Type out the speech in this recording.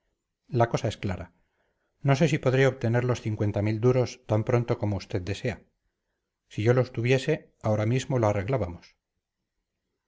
la cosa es clara no sé si podré obtener los cincuenta mil duros tan pronto como usted desea si yo los tuviese ahora mismo lo arreglábamos